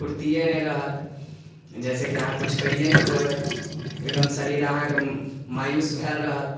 फूर्तिये नहि रहत जाहिसँ कि अहाँ किछु करियै नहि पैबै एकदम शरीर अहाँके मायूस भेल रहत